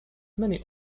many